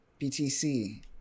BTC